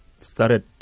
started